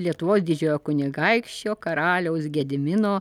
lietuvos didžiojo kunigaikščio karaliaus gedimino